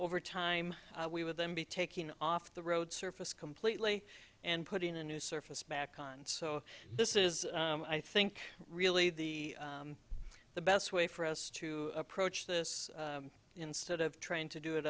over time we would then be taking off the road surface completely and putting a new surface back on so this is i think really the best way for us to approach this instead of trying to do it